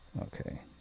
Okay